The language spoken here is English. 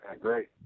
Great